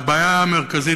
הבעיה המרכזית,